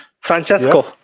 Francesco